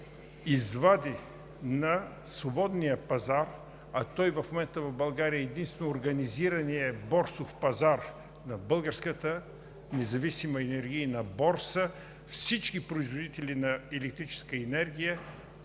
извади на свободния пазар, а той в момента в България е единствено организираният борсов пазар на Българската независима енергийна борса, всички производители на електрическа енергия,